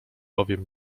bowiem